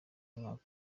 umwaka